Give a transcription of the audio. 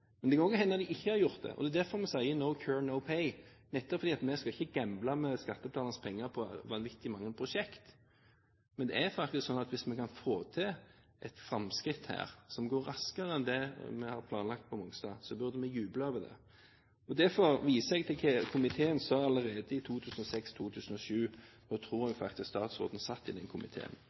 Men det kan også hende at de ikke har gjort det. Det er derfor vi sier «no cure, no pay», nettopp fordi vi ikke skal gamble med skattebetalernes penger på vanvittig mange prosjekter. Men hvis vi kan få til et framskritt her som går raskere enn det vi har planlagt på Mongstad, burde vi juble over det. Derfor viser jeg til hva komiteen sa allerede i 2006–2007 – da tror jeg statsråden satt i komiteen: